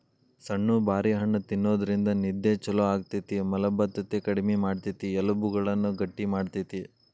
ಸಣ್ಣು ಬಾರಿ ಹಣ್ಣ ತಿನ್ನೋದ್ರಿಂದ ನಿದ್ದೆ ಚೊಲೋ ಆಗ್ತೇತಿ, ಮಲಭದ್ದತೆ ಕಡಿಮಿ ಮಾಡ್ತೆತಿ, ಎಲಬುಗಳನ್ನ ಗಟ್ಟಿ ಮಾಡ್ತೆತಿ